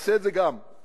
תעשה את זה גם אתה.